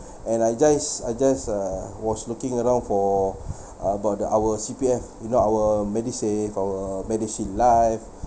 and I just I just uh was looking around for about the our C_P_F you know our medisave our medishield life